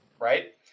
right